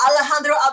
Alejandro